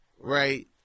Right